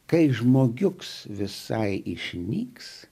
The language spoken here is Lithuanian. kai žmogiuks visai išnyks